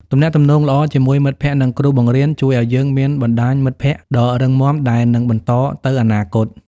ទំនាក់ទំនងល្អជាមួយមិត្តភក្តិ និងគ្រូបង្រៀនជួយឲ្យយើងមានបណ្តាញមិត្តភក្តិដ៏រឹងមាំដែលនឹងបន្តទៅអនាគត។